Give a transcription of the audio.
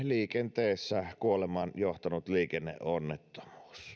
liikenteessä kuolemaan johtanut liikenneonnettomuus